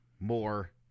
more